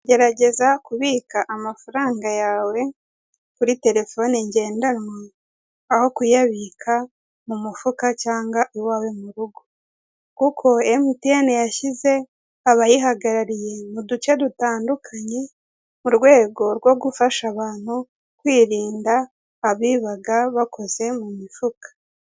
Gerageza kubika amafaranga yawe kuri terefone ngendanwa, aho kuyabika mu mufuka cyangwa iwawe mu rugo. Kuko emutiyene yashyize abayihagarariye mu duce dutandukanye, mu rwego rwo gufasha abantu kwirinda abibaga bakoze mu mifuka.